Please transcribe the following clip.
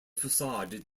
facade